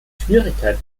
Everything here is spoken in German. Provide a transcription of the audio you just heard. schwierigkeit